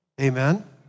Amen